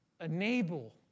enable